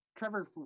Trevor